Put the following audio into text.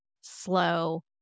Slow